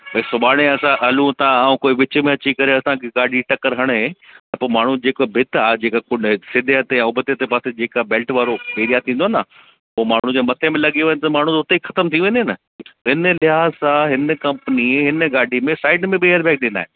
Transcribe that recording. भई सुभाणे असां हलूं था ऐं कोई विच में अची करे असांखे गाॾी टकर हणे पोइ माण्हू जेको भित आहे जेका सीधे हथ ते उबते जे पासे जेका बेल्ट वारो एरिया थींदो न उहो माण्हू जे मथे मे लॻी वञे त माण्हू हुते ख़तमु थी वञे न बिन लिहास आहे हिन कंपनी हिन गाॾी में साइड में बि एर बैग ॾिना आहिनि